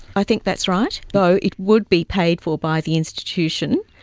i think that's right, though it would be paid for by the institution,